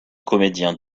comédiens